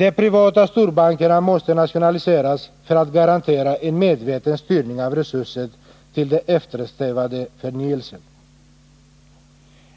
De privata storbankerna måste nationaliseras för att man skall garantera en medveten styrning av resurser till den eftersträvade förnyelsen.